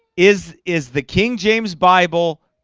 is is the king james bible?